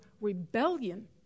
rebellion